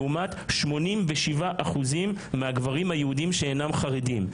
לעומת 87% מהגברים היהודים שאינם חרדים.